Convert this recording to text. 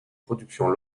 productions